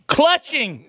clutching